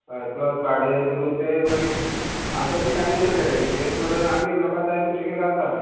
हय प्लस भाडे धरून ते मागीर आमकां अशें कांय उरना ते रेंवेचेर पूण आमी लोकांक जाय म्हणटगीर घालता